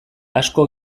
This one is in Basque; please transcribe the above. asko